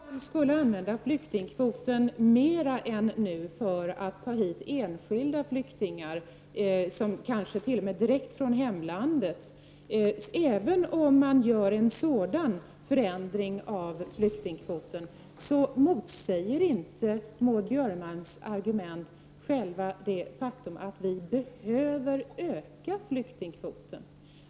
Herr talman! Även om man skulle använda flyktingkvoten mer än vad man nu gör för att ta hit enskilda flyktingar som kommer kanske direkt från hemlandet motsäger inte Maud Björnemalms argument det faktum att vi behöver öka flyktingkvoten.